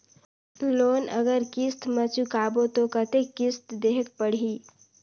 Loan अगर किस्त म चुकाबो तो कतेक किस्त देहेक पढ़ही?